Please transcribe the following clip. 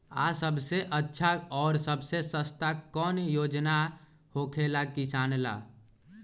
आ सबसे अच्छा और सबसे सस्ता कौन योजना होखेला किसान ला?